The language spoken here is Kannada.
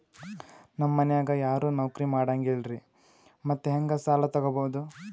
ನಮ್ ಮನ್ಯಾಗ ಯಾರೂ ನೌಕ್ರಿ ಮಾಡಂಗಿಲ್ಲ್ರಿ ಮತ್ತೆಹೆಂಗ ಸಾಲಾ ತೊಗೊಬೌದು?